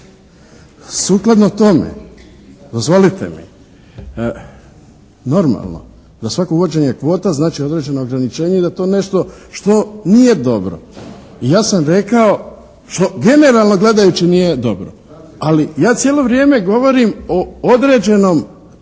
sukladno tome dozvolite mi, normalno da svako uvođenje kvota znači određeno ograničenje i da to nešto što nije dobro. Ja sam rekao što generalno gledajući nije dobro. ali ja cijelo vrijeme govorim o određenom,